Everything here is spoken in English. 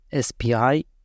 SPI